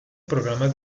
programas